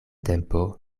tempo